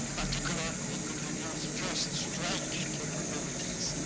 particularly, we could reduce first strike capabilities,